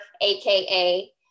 AKA